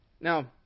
Now